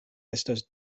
estas